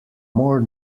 more